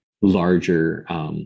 larger